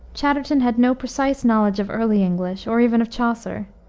chatterton had no precise knowledge of early english, or even of chaucer.